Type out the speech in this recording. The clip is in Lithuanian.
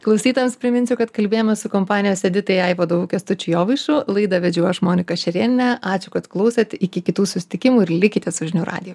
klausytojams priminsiu kad kalbėjomės su kompanijos edit vadovu kęstučiu jovaišu laidą vedžiau aš monika šerienė ačiū kad klausėt iki kitų susitikimų ir likite su žinių radiju